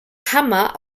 hammer